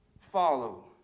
follow